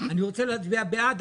אני רוצה להצביע בעד,